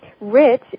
rich